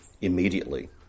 immediately